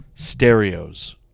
stereos